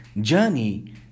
journey